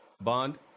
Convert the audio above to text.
Bond